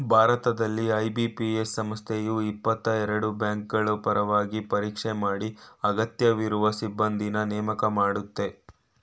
ಭಾರತದಲ್ಲಿ ಐ.ಬಿ.ಪಿ.ಎಸ್ ಸಂಸ್ಥೆಯು ಇಪ್ಪತ್ತಎರಡು ಬ್ಯಾಂಕ್ಗಳಪರವಾಗಿ ಪರೀಕ್ಷೆ ಮಾಡಿ ಅಗತ್ಯವಿರುವ ಸಿಬ್ಬಂದಿನ್ನ ನೇಮಕ ಮಾಡುತ್ತೆ